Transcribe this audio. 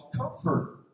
comfort